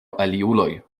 aliuloj